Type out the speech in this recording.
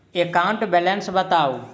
account balance बताउ